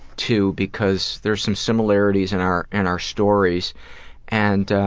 too, because there's some similarities in our and our stories and